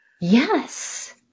Yes